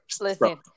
Listen